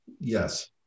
Yes